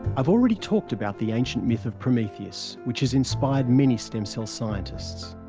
i've already talked about the ancient myth of prometheus, which has inspired many stem cell scientists.